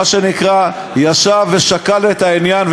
מה שנקרא ישב ושקל את העניין,